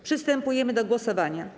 Przystępujemy do głosowania.